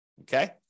Okay